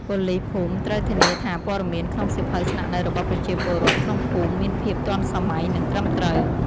ប៉ូលីសភូមិត្រូវ ធានាថាព័ត៌មានក្នុងសៀវភៅស្នាក់នៅរបស់ប្រជាពលរដ្ឋក្នុងភូមិមានភាពទាន់សម័យ និងត្រឹមត្រូវ។